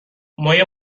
مایه